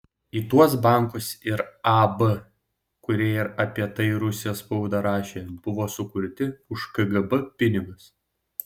į tuos bankus ir ab kurie ir apie tai rusijos spauda rašė buvo sukurti už kgb pinigus